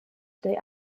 they